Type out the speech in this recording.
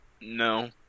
No